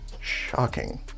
shocking